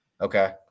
Okay